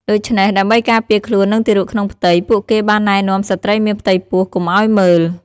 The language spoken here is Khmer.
ដូច្នេះ ដើម្បីការពារខ្លួន និងទារកក្នុងផ្ទៃ ពួកគេបានណែនាំស្ត្រីមានផ្ទៃពោះកុំឲ្យមើល ។